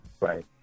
Right